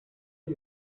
are